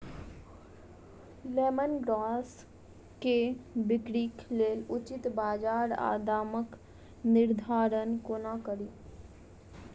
Lemon grass केँ बिक्रीक लेल उचित बजार आ दामक निर्धारण कोना कड़ी?